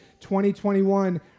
2021